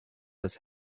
des